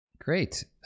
Great